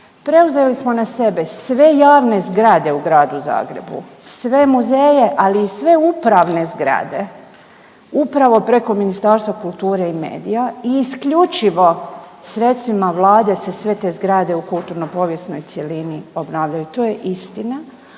Preuzeli smo na sebe sve javne zagrade u Gradu Zagrebu, sve muzeje, ali i sve upravne zgrade upravo preko Ministarstva kulture i medija i isključivo sredstvima Vlade se sve te zgrade u kulturno-povijesnoj cjelini obnavljaju. To je istina.